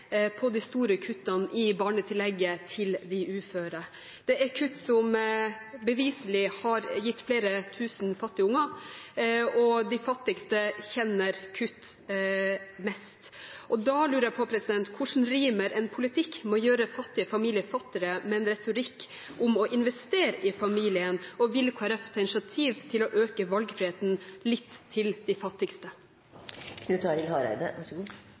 på de store kuttene i barnetillegget til de uføre. Det er kutt som beviselig har gitt flere tusen fattige unger, og de fattigste kjenner kutt mest. Da lurer jeg på: Hvordan rimer en politikk som gjør fattige familier fattigere, med en retorikk om å investere i familien? Og vil Kristelig Folkeparti ta initiativ til å øke valgfriheten litt for de fattigste?